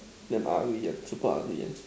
damn ugly one super ugly one